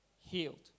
healed